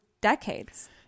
decades